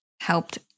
helped